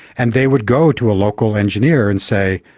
and they would go to a local engineer and say,